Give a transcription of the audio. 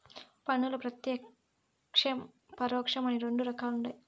పన్నుల్ల ప్రత్యేక్షం, పరోక్షం అని రెండు రకాలుండాయి